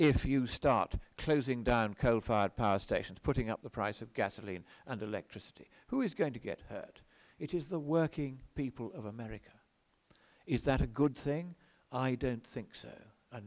if you start closing down coal fired power stations putting up the price of gasoline and electricity who is going to get hurt it is the working people of america is that a good thing i don't think so